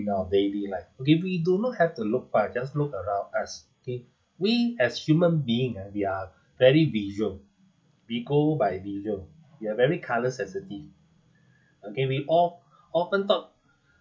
in our of daily life okay we do not have to look far just look around us okay we as human being ah we're very visual we go by visual we are very colour sensitive okay we o~ often talk